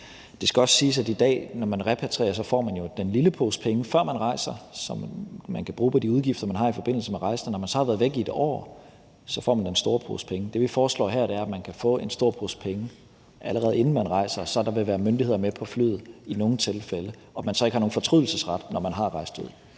at når man repatrierer i dag, får man jo den lille pose penge, før man rejser – penge, som man kan bruge til de udgifter, man har i forbindelse med rejsen – og når man så har været væk i 1 år, får man den store pose penge. Det, vi foreslår her, er, at man kan få en stor pose penge, allerede inden man rejser, og så vil der være myndigheder med på flyet i nogle tilfælde, og så har man ikke har nogen fortrydelsesret, når man er rejst ud.